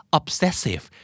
obsessive